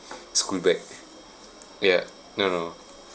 school bag ya no no